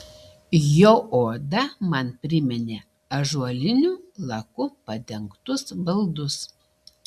jo oda man priminė ąžuoliniu laku padengtus baldus